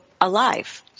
alive